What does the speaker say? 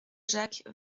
jacques